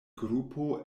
grupo